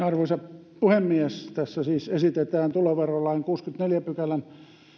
arvoisa puhemies tässä siis esitetään tuloverolain kuudennenkymmenennenneljännen pykälän